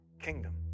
kingdom